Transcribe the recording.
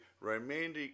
romantic